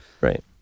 Right